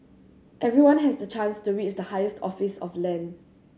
everyone has the chance to reach the highest office of land